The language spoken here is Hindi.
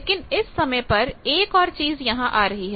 लेकिन इस समय पर एक और चीज यहां आ रही है